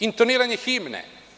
Intoniranje himne.